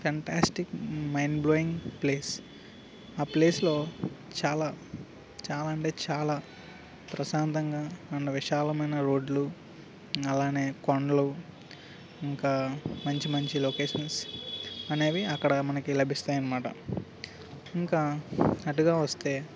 fantastic mind blowing place ఆ ప్లేస్లో చాలా చాలా అంటే చాలా ప్రశాంతంగా అండ్ విశాలమైన రోడ్లు అలానే కొండలు ఇంకా మంచి మంచి లొకేషన్స్ అనేవి అక్కడ మనకి లభిస్తాయి అన్నమాట ఇంకా అటుగా వస్తే